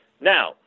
Now